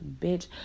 bitch